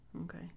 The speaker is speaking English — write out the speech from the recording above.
Okay